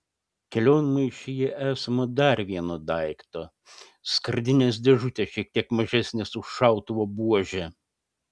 kelionmaišyje esama dar vieno daikto skardinės dėžutės šiek tiek mažesnės už šautuvo buožę